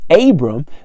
Abram